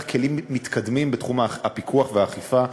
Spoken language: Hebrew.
כלים מתקדמים בתחום הפיקוח והאכיפה,